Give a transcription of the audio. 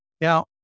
Now